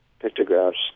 pictographs